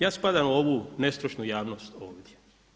Ja spadam u ovu nestručnu javnost ovdje.